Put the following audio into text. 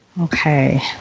Okay